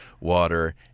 water